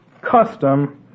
custom